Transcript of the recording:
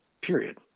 period